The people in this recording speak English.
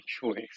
choice